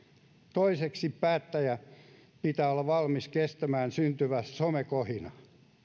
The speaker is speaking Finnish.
toiseksi päättäjän pitää olla valmis kestämään syntyvä somekohina